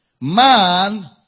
man